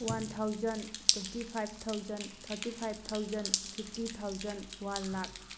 one thousand twenty five thousand thirty five thousand fifty thousand one lakh